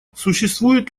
существует